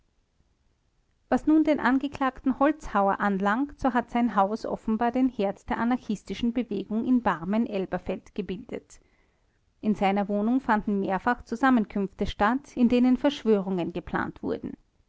was nun den angeklagten holzhauer anlangt so hat sein haus offenbar den herd der anarchistischen bewegung in barmen elberfeld gebildet in seiner wohnung fanden mehrfach zusammenkünfte statt in denen verschwörungen geplant wurden